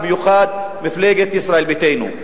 ובמיוחד מפלגת ישראל ביתנו.